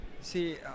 See